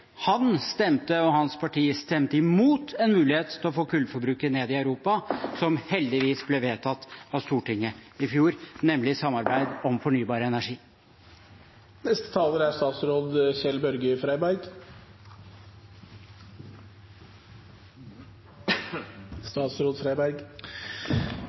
han og hans parti stemte imot en mulighet til å få kullforbruket ned i Europa som heldigvis ble vedtatt av Stortinget i fjor, nemlig i samarbeid om fornybar energi.